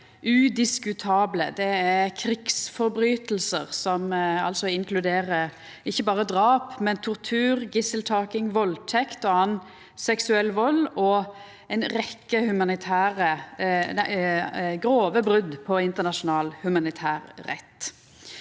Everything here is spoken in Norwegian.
Det er krigsbrotsverk som inkluderer ikkje berre drap, men tortur, gisseltaking, valdtekt og annan seksuell vald og ei rekkje grove brot på internasjonal humanitær rett.